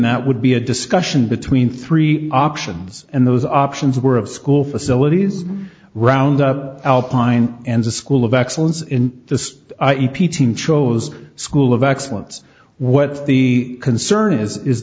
that would be a discussion between three options and those options were of school facilities round up alpine and the school of excellence in the chose school of excellence what the concern is is